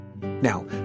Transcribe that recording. Now